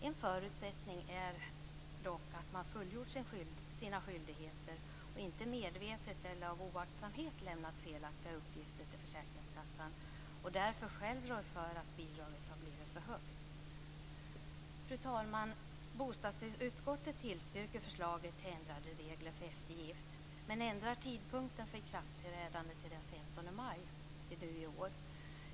En förutsättning är dock att man fullgjort sina skyldigheter och inte medvetet eller av oaktsamhet lämnat felaktiga uppgifter till försäkringskassan och därför själv rår för att bidraget har blivit för högt. Fru talman! Bostadsutskottet tillstyrker förslaget till ändrade regler för eftergift, men ändrar tidpunkten för ikraftträdande till den 15 maj i år.